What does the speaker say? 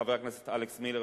חבר הכנסת אלכס מילר,